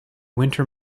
winter